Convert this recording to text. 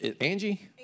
Angie